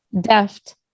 deft